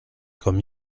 comme